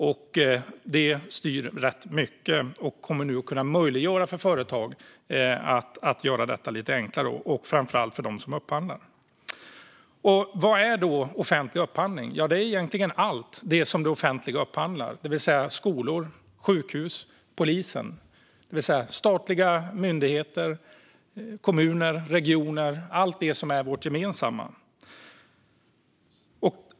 Det här styr rätt mycket. Det kommer nu att göra det hela lite enklare för företag och framför allt för dem som gör upphandlingar. Vad är då offentlig upphandling? Det är egentligen allt det som det offentliga, såsom skolor, sjukhus och polisen, upphandlar. Det gäller statliga myndigheter, kommuner och regioner, det vill säga det som är vårt gemensamma.